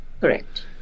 Correct